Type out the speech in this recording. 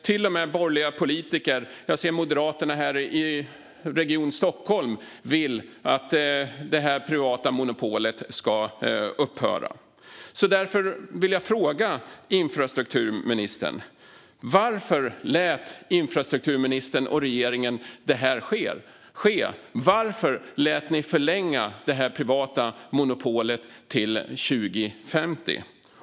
Till och med borgerliga politiker som Moderaterna här i Region Stockholm vill att det privata monopolet ska upphöra. Därför vill jag fråga infrastrukturministern varför han och regeringen lät detta ske. Varför lät ni förlänga det privata monopolet till 2050?